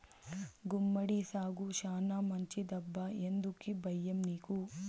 గుమ్మడి సాగు శానా మంచిదప్పా ఎందుకీ బయ్యం నీకు